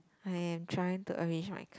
I am trying to arrange my